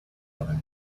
other